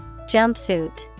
Jumpsuit